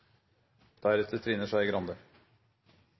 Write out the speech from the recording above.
representanten Trine Skei Grande